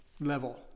level